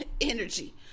energy